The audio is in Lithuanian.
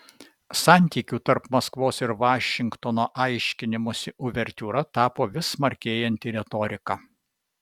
santykių tarp maskvos ir vašingtono aiškinimosi uvertiūra tapo vis smarkėjanti retorika